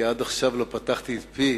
כי עד עכשיו לא פתחתי את פי